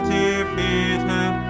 defeated